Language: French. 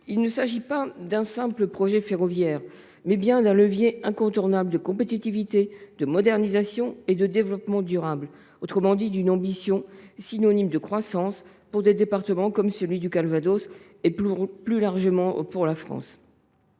Il ne s’agit pas d’un simple projet ferroviaire, mais bien d’un levier incontournable de compétitivité, de modernisation et de développement durable, au service de la croissance dans des départements comme le Calvados et, plus largement, pour la France.